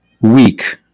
weak